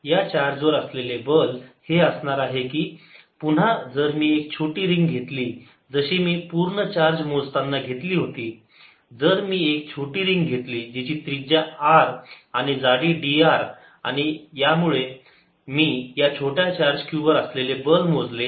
या चार्ज वर असलेले बल असे असणार आहे की पुन्हा जर मी एक छोटी रिंग घेतली जशी मी पूर्ण चार्ज मोजताना घेतली होती जर मी एक छोटी रिंग घेतली जिची त्रिज्या r आणि जाडी dr आणि मी यामुळे या छोट्या चार्ज q वर असलेले बल मोजले